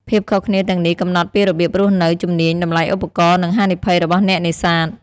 ភាពខុសគ្នាទាំងនេះកំណត់ពីរបៀបរស់នៅ ជំនាញ តម្លៃឧបករណ៍ និងហានិភ័យរបស់អ្នកនេសាទ។